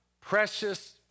precious